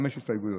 חמש הסתייגויות: